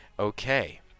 Okay